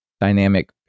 dynamic